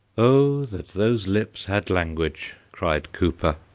oh, that those lips had language! cried cowper.